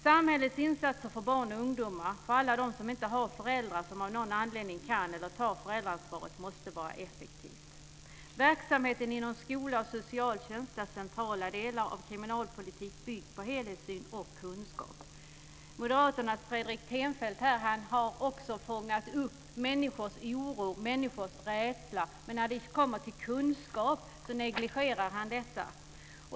Samhällets insatser för barn och ungdomar, för alla dem som inte har föräldrar som av någon anledning kan ta föräldraansvaret, måste vara effektivt. Verksamheten inom skola och socialtjänst är centrala delar av kriminalpolitik byggd på helhetssyn och kunskap. Moderaternas Fredrik Reinfeldt har också fångat upp människors oro och rädsla, men när det kommer till kunskap negligerar han detta.